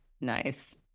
Nice